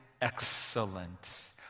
excellent